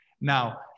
Now-